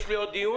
יש לי עוד דיון.